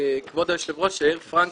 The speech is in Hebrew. כבוד היושב ראש, יאיר פראנק